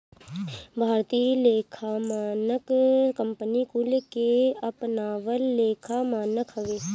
भारतीय लेखा मानक कंपनी कुल के अपनावल लेखा मानक हवे